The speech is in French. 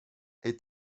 est